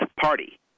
party